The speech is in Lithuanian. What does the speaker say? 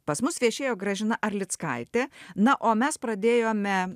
pas mus viešėjo gražina arlickaitė na o mes pradėjome